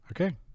Okay